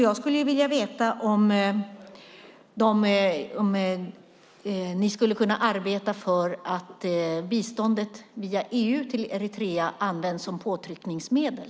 Jag skulle vilja veta om ni skulle kunna arbeta för att biståndet via EU till Eritrea används som påtryckningsmedel.